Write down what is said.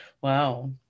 Wow